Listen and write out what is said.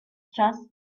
just